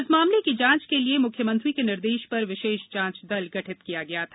इस मामले की जांच के लिये मुख्यमंत्री के निर्देश पर विशेष जांच दल गठित किया गया था